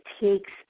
takes